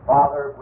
Father